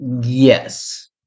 Yes